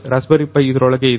raspberry pi ಇದರೊಳಗೆ ಇದೆ